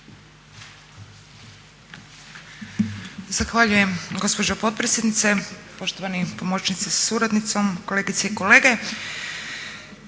Zahvaljujem gospođo potpredsjednice. Poštovani pomoćnici sa suradnicom, kolegice i kolege.